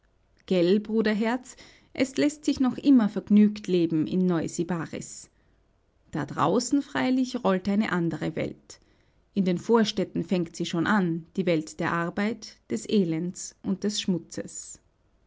gelt bruderherz es läßt sich noch immer vergnügt leben in neu-sybaris da draußen freilich rollt eine andere welt in den vorstädten fängt sie schon an die welt der arbeit des elends und des schmutzes